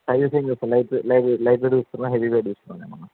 sizes ఏమి చుస్తారు light lightweight చూస్తారా హెవీవెయిట్ చూస్తారా ఏమన్న